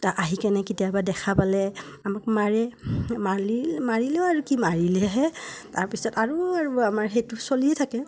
ত' আহি কেনে কেতিয়াবা দেখা পালে আমাক মাৰে মাৰিল মাৰিলেও আৰু কি মাৰিলেহে তাৰপিছত আৰু আৰু আমাৰ সেইটো চলিয়ে থাকে